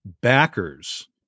backers